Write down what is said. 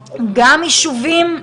יישובים.